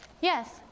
Yes